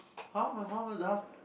how about one with us